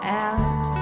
out